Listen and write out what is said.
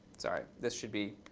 sorry. this should be